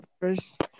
First